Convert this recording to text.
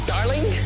Darling